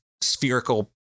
spherical